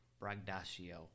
Bragdashio